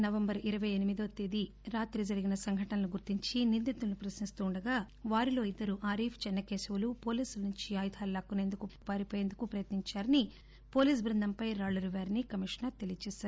November ఇరవై ఎనిమిది వ తేదీ రాత్రి జరిగిన సంఘటనల గురించి నిందితులను పశ్నిస్తూ ఉండగా వారిలో ఇద్దరు ఆరీఫ్ చెన్న కేశవులు పోలీసుల నుంచి ఆయుధాలు లాక్కునేందుకు పయత్నించారని పోలీసు బృందంపై రాళ్లు రువ్వారని కమిషనర్ తెలియచేశారు